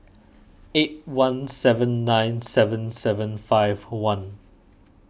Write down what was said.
eight one seven nine seven seven five one